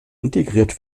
integriert